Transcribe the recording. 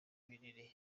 binini